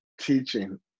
teaching